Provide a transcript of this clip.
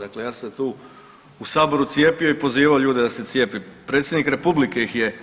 Dakle, ja sam se tu u Saboru cijepio i pozivao ljude da se cijepe, predsjednik Republike ih je